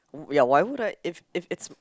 ya why would I if if it's